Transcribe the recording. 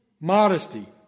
modesty